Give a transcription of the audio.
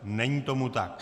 Není tomu tak.